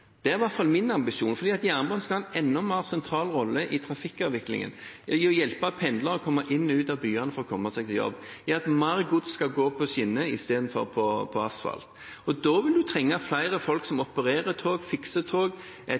Det er iallfall min ambisjon, fordi jernbanen skal ha en enda mer sentral rolle i trafikkavviklingen – i å hjelpe pendlere å komme seg inn og ut av byene for å komme seg på jobb, at mer gods skal gå på skinner istedenfor på asfalt. Da vil en trenge flere folk som opererer tog, fikser tog,